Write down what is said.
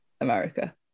America